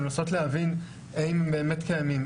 לנסות להבין האם באמת קיימים,